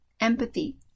empathy